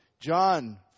John